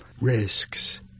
risks